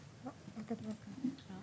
ו-2018.